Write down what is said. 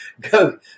go